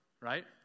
Right